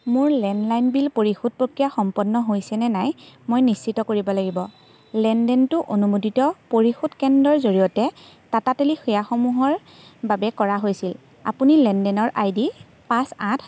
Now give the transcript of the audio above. মোৰ landline bill পৰিশোধ প্ৰক্ৰিয়া সম্পন্ন হৈছেনে নাই মই নিশ্চিত কৰিব লাগিব লেনদেনটো অনুমোদিত পৰিশোধ কেন্দ্ৰৰ জৰিয়তে টাটা টেলি সেৱাসমূহৰ বাবে কৰা হৈছিল আপুনি লেনদেনৰ আই ডি পাঁচ আঠ